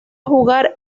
jugar